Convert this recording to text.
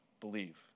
believe